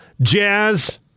Jazz